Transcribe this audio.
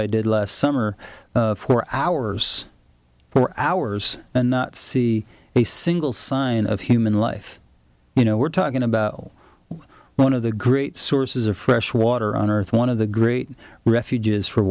i did last summer for hours for hours and not see a single sign of human life you know we're talking about all one of the great sources of fresh water on earth one of the great refuges